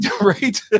Right